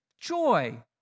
joy